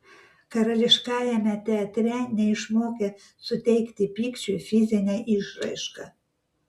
karališkajame teatre neišmokė suteikti pykčiui fizinę išraišką